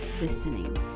listening